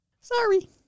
Sorry